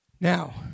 Now